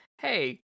hey